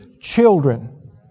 children